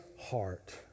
heart